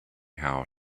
how